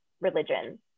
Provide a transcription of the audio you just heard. religion